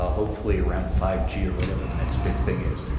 ah hopefully around five g or whatever the next big thing is.